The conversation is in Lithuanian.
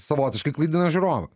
savotiškai klaidina žiūrovą